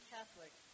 Catholic